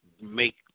make